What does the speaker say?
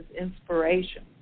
inspiration